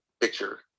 picture